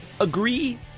Agree